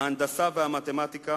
ההנדסה והמתמטיקה